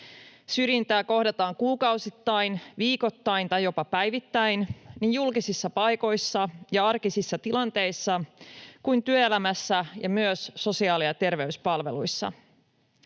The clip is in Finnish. Syrjintää kohdataan kuukausittain, viikoittain tai jopa päivittäin, niin julkisissa paikoissa ja arkisissa tilanteissa kuin työelämässä ja myös sosiaali- ja terveyspalveluissa.